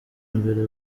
mbere